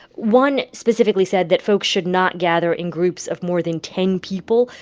one specifically said that folks should not gather in groups of more than ten people.